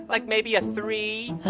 like maybe a three.